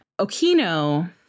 Okino